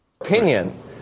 opinion